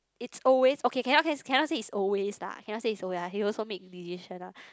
it's always okay cann~ cannot say it's always lah cannot say it's always he also make decision lah